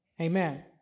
Amen